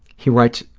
he writes,